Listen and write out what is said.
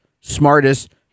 smartest